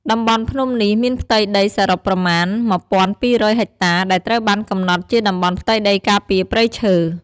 តំបន់ភ្នំនេះមានផ្ទៃដីសរុបប្រមាណ ១,២០០ ហិកតា ដែលត្រូវបានកំណត់ជាតំបន់ផ្ទៃដីការពារព្រៃឈើ។